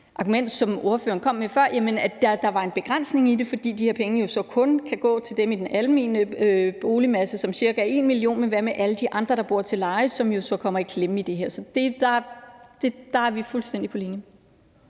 argument, som ordføreren før kom med, om, at der er en begrænsning i det, fordi de her penge jo så kun kan gå til dem i den almene boligmasse, som cirka er en million, men hvad med alle de andre, der bor til leje, og som så kommer i klemme i det her? Så der er vi fuldstændig på linje.